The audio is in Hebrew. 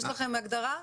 יש לכם הגדרה,